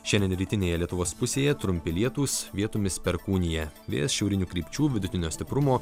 šiandien rytinėje lietuvos pusėje trumpi lietūs vietomis perkūnija vėjas šiaurinių krypčių vidutinio stiprumo